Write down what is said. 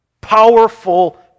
powerful